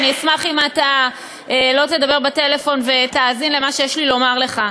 אשמח אם לא תדבר בטלפון ותאזין למה שיש לי לומר לך,